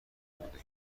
بود